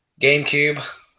gamecube